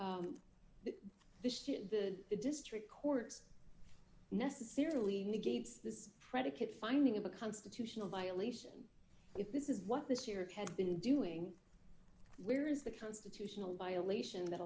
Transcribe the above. the district courts necessarily negates the predicate finding of a constitutional violation if this is what this year has been doing where is the constitutional violation that